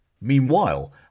Meanwhile